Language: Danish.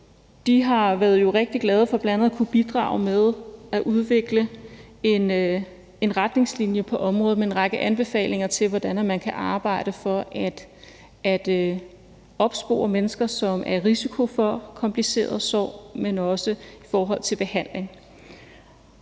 bl.a. været rigtig glade for at kunne bidrage med at udvikle en retningslinje på området med en række anbefalinger til, hvordan man kan arbejde for at opspore mennesker, som er i risiko for kompliceret sorg, men også i forhold til behandling.